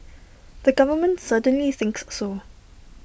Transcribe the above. the government certainly thinks so